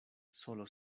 sólo